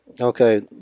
Okay